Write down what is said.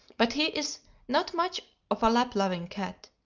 but he is not much of a lap-loving cat.